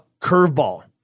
curveball